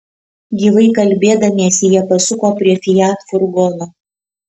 gyvai kalbėdamiesi jie pasuko prie fiat furgono